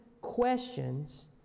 questions